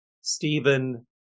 Stephen